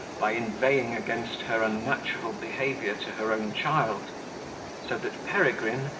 by inveighing against her unnatural behaviour to her own child so that peregrine,